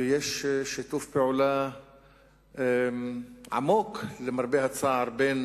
ויש שיתוף פעולה עמוק, למרבה הצער, בין